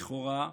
לכאורה,